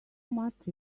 much